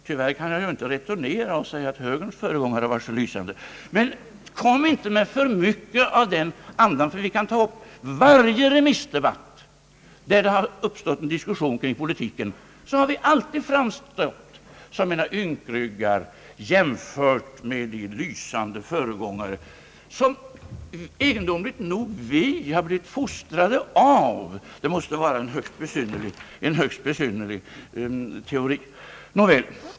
Tyvärr kan jag ju inte returnera artigheten och säga att högerns föregångare varit så lysande, men kom inte med för mycket av den andan, ty vi kan peka på att vid varje remissdebatt där det har uppstått diskussion kring politiken, har vi alltid framställts som ynkryggar jämfört med de lysande föregångare, som vi egendomligt nog har blivit fostrade av.